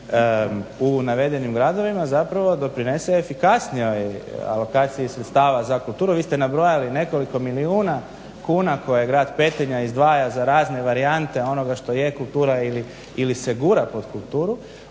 u navedenim gradovima doprinese efikasnijoj alokaciji sredstava za kulturu. Vi ste nabrojali nekoliko milijuna kuna koje grad Petrinja izdvaja za razne varijante za ono što je kultura ili se gura pod kulturu,